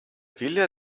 wille